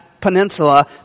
Peninsula